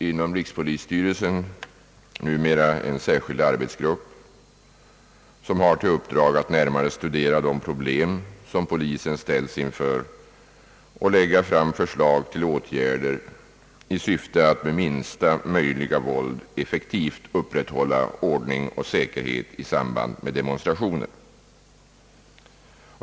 Inom rikspolisstyrelsen finns numera en särskild arbetsgrupp som har till uppdrag att närmare studera de problem som polisen ställs inför och lägga fram förslag till åtgärder i syfte att med minsta möjliga våld effektivt upprätthålla ordning och säkerhet i samband med demonstrationer.